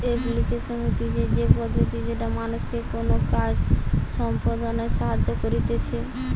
application হতিছে সে পদ্ধতি যেটা মানুষকে কোনো কাজ সম্পদনায় সাহায্য করতিছে